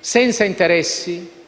senza interessi